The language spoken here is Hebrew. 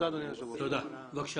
אני אציג את עצמי,